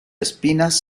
espinas